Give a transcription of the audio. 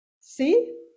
See